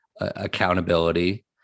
accountability